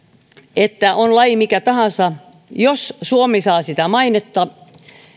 että on laji mikä tahansa jos suomi saa siitä mainetta